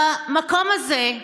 במקום הזה,